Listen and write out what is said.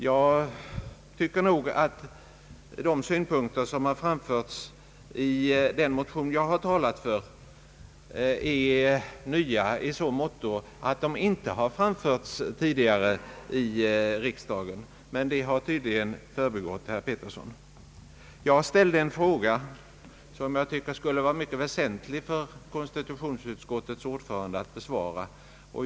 Jag tycker nog att de synpunkter som har framförts i den motion som jag har talat för är nya i så måtto att de inte tidigare har framförts i riksdagen. Men det har tydligen förbigått herr Pettersson. Jag ställde en fråga som jag tycker att det skulle vara mycket angeläget för konstitutionsutskottets ordförande att besvara.